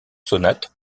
sonates